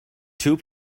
two